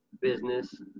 business